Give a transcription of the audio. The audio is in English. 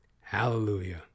Hallelujah